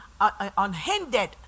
unhindered